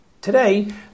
today